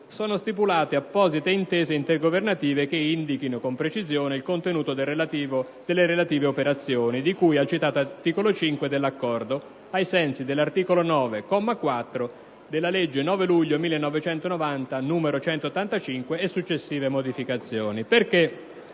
sono stipulate apposite intese intergovernative che indichino con precisione il contenuto delle relative operazioni, di cui al citato articolo 5 dell'Accordo, ai sensi dell'articolo 9, comma 4, della legge 9 luglio 1990, n. 185, e successive modificazioni».